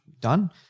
done